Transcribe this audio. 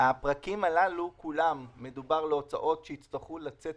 בכל הפרקים הללו מדובר על הוצאות שיצטרכו לצאת